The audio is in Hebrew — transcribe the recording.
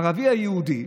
הערבי היהודי: